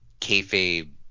kayfabe